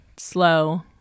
slow